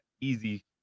easy